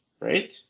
right